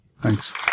Thanks